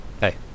hey